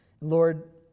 Lord